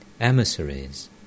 Emissaries